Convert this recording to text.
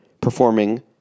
performing